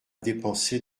dépensé